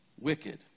wicked